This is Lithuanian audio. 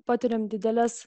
patiriame dideles